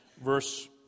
verse